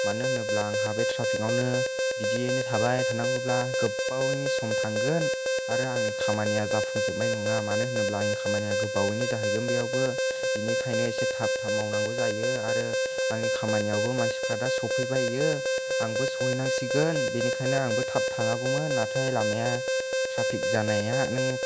मानो होनोब्ला आंहा बे ट्राफिकआवनो बिदियैनो थाबाय थानांगौब्ला गोबावनि सम थांगोन आरो आंनि खामानिया जाफुंजोबनाय नङा मानो होनोब्ला आंनि खामानिया गोबावनि जाहैगोन बैयावबो बेनिखायनो एसे थाब थाब मावनांगौ जायो आरो आंनि खामानियावबो मानसिफोरा दा सफैबाय बियो आंबो सहैनांसिगोन बेनिखायनो आंबो थाब थांनांगौमोन नाथाय लामाया ट्राफिक जानाया नों